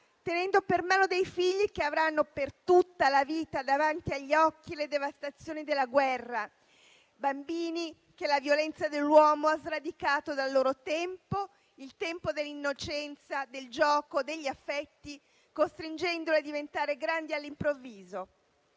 tenendo per mano dei figli che avranno per tutta la vita davanti agli occhi le devastazioni della guerra? Bambini che la violenza dell'uomo ha sradicato dal loro tempo, il tempo dell'innocenza, del gioco, degli affetti, costringendoli a diventare grandi all'improvviso.